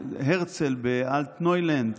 הרצל, ב"אלטנוילנד"